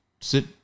sit